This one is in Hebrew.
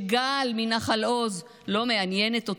גל מנחל עוז לא מעניינת אותו.